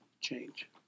change